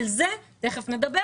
על זה תכף נדבר